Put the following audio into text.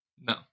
No